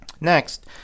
Next